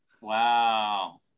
Wow